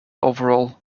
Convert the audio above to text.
overall